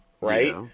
right